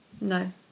No